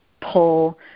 pull